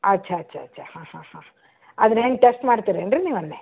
ಅಚ್ಚಾ ಅಚ್ಚಾ ಅಚ್ಚಾ ಹಾಂ ಹಾಂ ಹಾಂ ಅದ್ನೇನು ಟೆಸ್ಟ್ ಮಾಡ್ತೀರೇನು ರೀ ನೀವು ಅಲ್ಲಿ